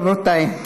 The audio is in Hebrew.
רבותיי,